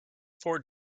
four